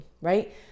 right